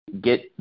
get